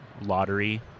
lottery